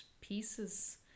pieces